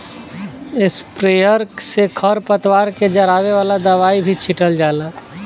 sprayer से खर पतवार के जरावे वाला दवाई भी छीटल जाला